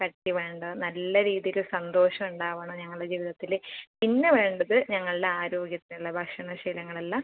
ശക്തി വേണ്ട നല്ല രീതിക്ക് സന്തോഷം ഉണ്ടാവണം ഞങ്ങളെ ജീവിതത്തിൽ പിന്നെ വേണ്ടത് ഞങ്ങളുടെ ആരോഗ്യത്തിനുള്ള ഭക്ഷണ ശീലങ്ങൾ എല്ലാം